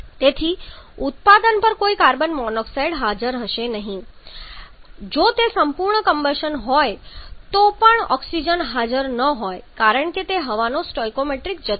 તેથી ઉત્પાદન પર કોઈ કાર્બન મોનોક્સાઇડ હાજર રહેશે નહીં જો તે સંપૂર્ણ કમ્બશન હોય તો પણ ઓક્સિજન હાજર ન હોય કારણ કે તે હવાનો સ્ટોઇકિયોમેટ્રિક જથ્થો છે